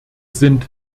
sind